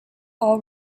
all